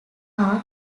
are